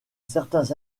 certains